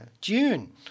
June